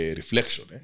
reflection